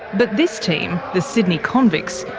but this team, the sydney convicts,